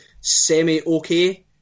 semi-okay